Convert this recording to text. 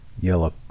yellow